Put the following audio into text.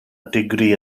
digri